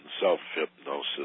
self-hypnosis